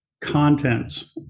contents